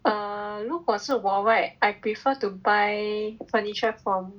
err 如果是我 right I prefer to buy furniture from